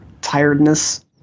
tiredness